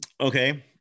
Okay